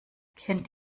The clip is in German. kennt